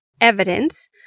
evidence